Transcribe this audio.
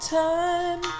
time